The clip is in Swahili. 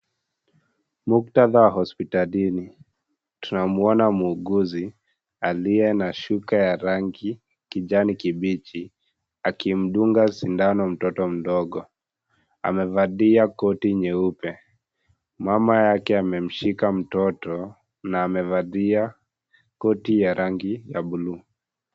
Muktadha wa hospitalini tunamwona muuguzi aliye na shuka ya rangi ya kijani kibichi akimdunga sindano mtoto mdogo. Amevalia koti nyeupe , mama yake amemshika mtoto na amevalia koti ya rangi ya bluu.